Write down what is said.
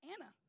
Anna